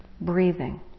breathing